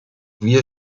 wir